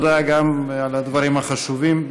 תודה גם על הדברים החשובים.